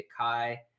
kai